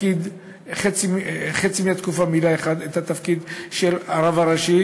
חצי מהתקופה מילא האחד את התפקיד של הרב הראשי